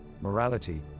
morality